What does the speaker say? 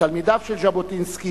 תלמידיו של ז'בוטינסקי,